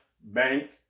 bank